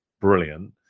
brilliant